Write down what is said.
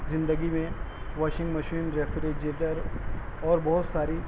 زندگی میں washing machine refrigerator اور بہت ساری